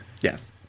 yes